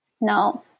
no